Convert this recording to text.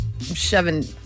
shoving